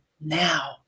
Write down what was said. Now